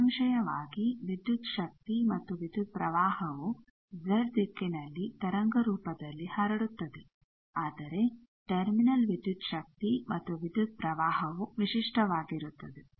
ನಿಸ್ಸಂಶಯವಾಗಿ ವಿದ್ಯುತ್ ಶಕ್ತಿ ಮತ್ತು ವಿದ್ಯುತ್ ಪ್ರವಾಹವು ಜೆಡ್ ದಿಕ್ಕಿನಲ್ಲಿ ತರಂಗ ರೂಪದಲ್ಲಿ ಹರಡುತ್ತದೆ ಆದರೆ ಟರ್ಮಿನಲ್ ವಿದ್ಯುತ್ ಶಕ್ತಿ ಮತ್ತು ವಿದ್ಯುತ್ ಪ್ರವಾಹವು ವಿಶಿಷ್ಟವಾಗಿರುತ್ತದೆ